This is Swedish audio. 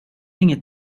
inget